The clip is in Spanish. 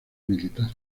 militar